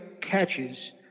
catches